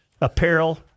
apparel